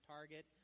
Target